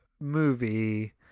movie